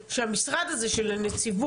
ייתכן שהמשרד הזה של הנציבות